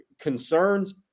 concerns